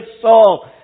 Saul